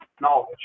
knowledge